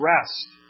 Rest